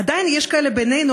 עדיין יש כאלה בינינו,